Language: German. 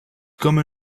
komme